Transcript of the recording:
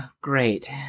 Great